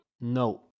no